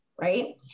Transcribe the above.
right